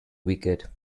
wicked